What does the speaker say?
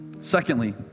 Secondly